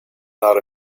not